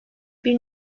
bir